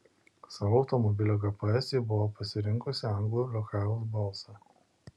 savo automobilio gps ji buvo pasirinkusi anglų liokajaus balsą